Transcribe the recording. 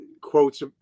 quotes